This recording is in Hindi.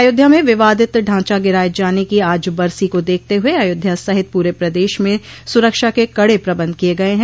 अयोध्या में विवादित ढांचा गिराये जाने की आज बरसी को देखते हुए अयोध्या सहित पूरे प्रदेश में सुरक्षा के कड़े प्रबंध किये गय हैं